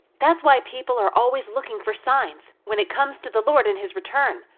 that's why people are always looking for signs when it comes to the lord and his return,